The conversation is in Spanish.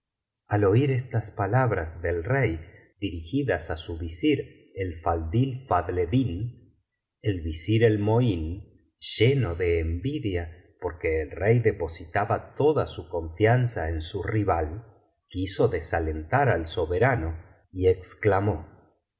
al oir estas palabras del rey dirigidas á su visir el faldl fadleddín el visir el mohin lleno de envidia porque el rey depositaba toda su confianza en su rival quiso desalentar al soberano y exclamó